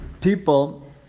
people